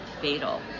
fatal